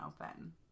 open